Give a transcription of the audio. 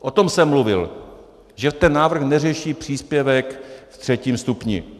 O tom jsem mluvil, že ten návrh neřeší příspěvek ve třetím stupni.